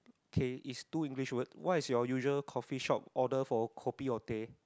okay is two English words what is your usual coffee shop order for kopi or teh